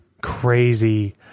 crazy